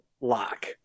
lock